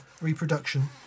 reproduction